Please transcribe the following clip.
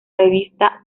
revista